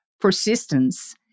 persistence